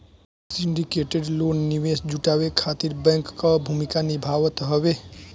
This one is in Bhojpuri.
सिंडिकेटेड लोन निवेश जुटावे खातिर बैंक कअ भूमिका निभावत हवे